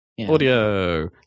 Audio